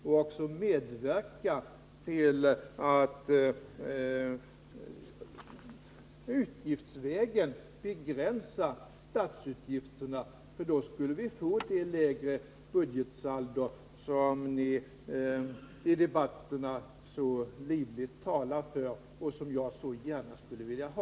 Om ni ville medverka till att gå utgiftsvägen och begränsa statsutgifterna skulle vi få det lägre budgetsaldo som ni i debatterna så livligt talar för och som jag så gärna skulle vilja ha.